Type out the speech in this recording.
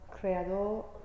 creador